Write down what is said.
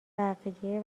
بقیه